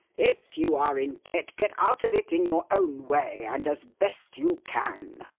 if you are in debt, get out of it in your own way and as best you can